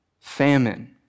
famine